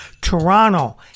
Toronto